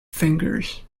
fingers